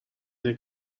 اینه